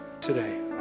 today